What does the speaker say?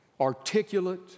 articulate